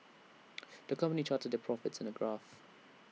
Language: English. the company charted their profits in A graph